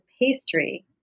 pastry